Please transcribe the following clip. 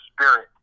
spirit